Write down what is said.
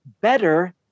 better